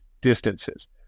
distances